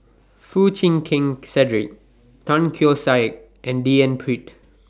Foo Chee Keng Cedric Tan Keong Saik and D N Pritt